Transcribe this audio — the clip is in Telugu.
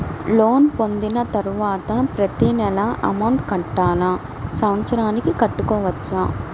లోన్ పొందిన తరువాత ప్రతి నెల అమౌంట్ కట్టాలా? సంవత్సరానికి కట్టుకోవచ్చా?